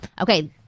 Okay